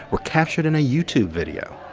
were captured in a youtube video.